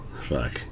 Fuck